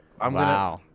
Wow